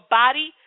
body